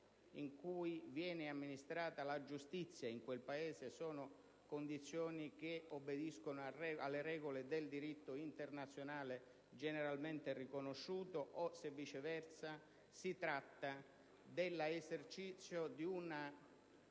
in cui viene amministrata la giustizia in quel Paese obbediscono alle regole del diritto internazionale generalmente riconosciuto o se, viceversa, si tratta dell'esercizio di una